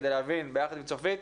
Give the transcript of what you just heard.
כדי להבין יחד עם צופית,